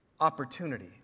opportunity